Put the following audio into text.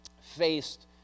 faced